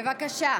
בבקשה.